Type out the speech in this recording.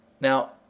Now